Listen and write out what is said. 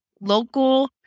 local